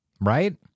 Right